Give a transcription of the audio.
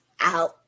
out